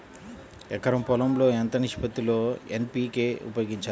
ఎకరం పొలం లో ఎంత నిష్పత్తి లో ఎన్.పీ.కే ఉపయోగించాలి?